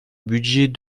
budget